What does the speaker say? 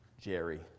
Jerry